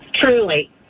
Truly